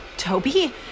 Toby